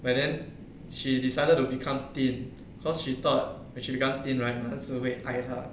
but then she decided to become thin because she thought when she become thin right 男孩子会爱她